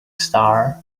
star